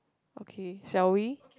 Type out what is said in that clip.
okay shall we